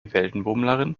weltenbummlerin